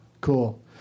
Cool